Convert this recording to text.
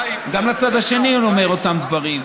גם לצד השני אני אומר אותם דברים.